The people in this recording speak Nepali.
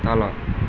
तल